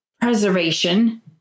Preservation